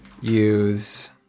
use